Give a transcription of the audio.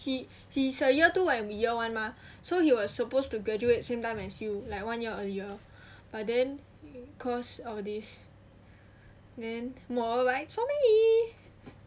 he he is a year two we a year one mah so he was supposed to graduate same time as you like one year earlier but then cause of this then more rides for me